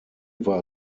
war